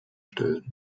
stellen